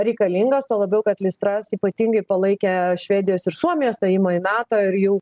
reikalingas tuo labiau kad lis tras ypatingai palaikė švedijos ir suomijos stojimą į nato ir jau